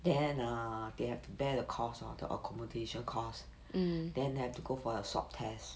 then err they have to bear the cost lor the accommodation costs then have to go for a swab test